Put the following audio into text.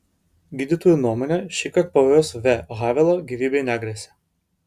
gydytojų nuomone šįkart pavojus v havelo gyvybei negresia